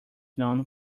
known